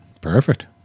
Perfect